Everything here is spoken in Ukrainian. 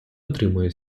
отримує